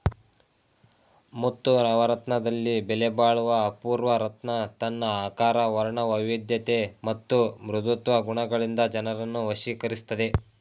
ಮುತ್ತು ನವರತ್ನದಲ್ಲಿ ಬೆಲೆಬಾಳುವ ಅಪೂರ್ವ ರತ್ನ ತನ್ನ ಆಕಾರ ವರ್ಣವೈವಿಧ್ಯತೆ ಮತ್ತು ಮೃದುತ್ವ ಗುಣಗಳಿಂದ ಜನರನ್ನು ವಶೀಕರಿಸ್ತದೆ